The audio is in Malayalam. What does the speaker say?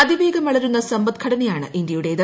അതിവേഗം വളരുന്ന സമ്പദ്ഘടനയാണ് ഇന്ത്യയുടേത്